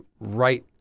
right